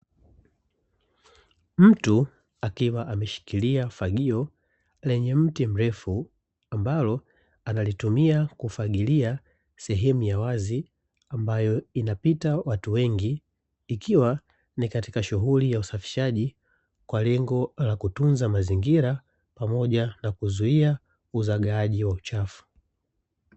Mtu akiwa ameshikilia fagio lenye mti mrefu, ambalo analitumia kufagilia sehemu ya wazi, ambayo inapita watu wengi, ikiwa ni katika shughuli za uzalishaji kwa lengo la kutunza mazingira pamoja na kuzuia uzagaaji wa uchafu.